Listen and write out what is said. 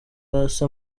hasi